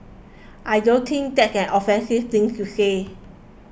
I don't think that's an offensive things to say